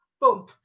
boom